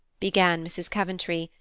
began mrs. coventry,